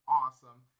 awesome